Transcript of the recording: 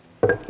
kiitos